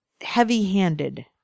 heavy-handed